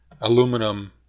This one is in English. aluminum